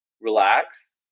relax